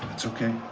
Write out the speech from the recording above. it's ok.